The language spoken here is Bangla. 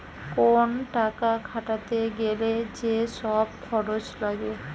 কোন টাকা খাটাতে গ্যালে যে সব খরচ লাগে